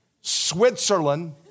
Switzerland